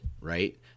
right